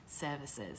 services